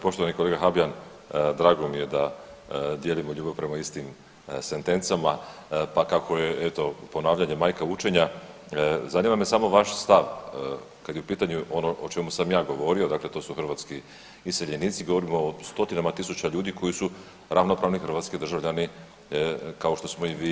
Poštovani kolega Habijan drago mi je da dijelimo ljubav prema istim sentencama, pa kako je eto ponavljanje majka učenja zanima me samo vaš stav kada je u pitanju ono o čemu sam ja govorio, dakle to su hrvatski iseljenici govorimo o stotinama tisuća ljudi koji su ravnopravni hrvatski državljani kao što smo i vi i ja.